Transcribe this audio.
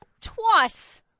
twice